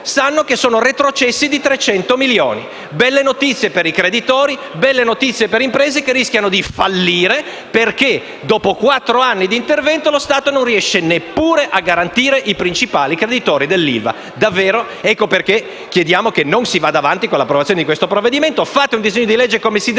sanno che sono retrocessi di 300 milioni: belle notizie per i creditori e per le imprese che rischiano di fallire, perché dopo quattro anni di intervento lo Stato non riesce neppure a garantire i principali creditori dell'ILVA. Per tali ragioni chiediamo che non si proceda con l'approvazione di questo provvedimento: fate un disegno di legge come si deve